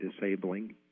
disabling